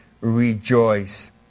rejoice